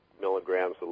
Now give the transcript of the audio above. milligrams